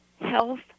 Health